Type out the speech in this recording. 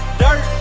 dirt